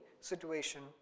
situation